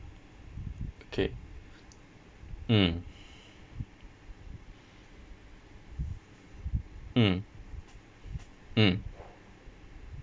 okay mm mm mm